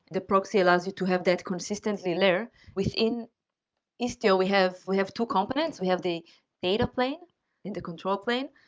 the proxy allows you to have that consistently layer. within istio, we have we have two components, we have the data plane and the control plane,